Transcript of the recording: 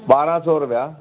ॿारहं सौ रुपया